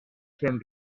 són